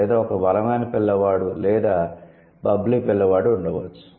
లేదా ఒక బలమైన పిల్లవాడు లేదా బబ్బ్లీ పిల్లవాడు ఉండవచ్చు